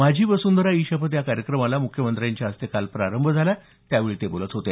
माझी वसुंधरा ई शपथ या कार्यक्रमाला मुख्यमंत्र्यांच्या हस्ते काल प्रारंभ झाला त्यावेळी ते बोलत होते